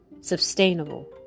sustainable